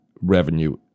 revenue